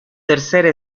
tercera